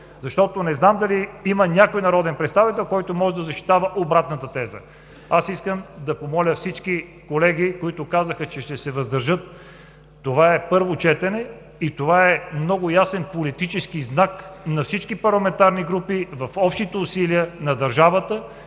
защото не знам дали има някой народен представител, който може да защитава обратната теза. Аз искам да помоля всички колеги, които казаха, че ще се въздържат – това е първо четене, че това е много ясен политически знак на всички парламентарни групи в общите усилия на държавата